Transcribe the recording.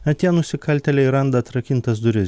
atėję nusikaltėliai randa atrakintas duris